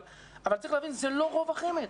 אבל צריך להבין שזה לא רוב החמ"ד.